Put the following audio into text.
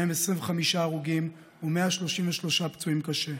ומהם 25 הרוגים ו-133 פצועים קשה.